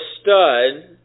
stud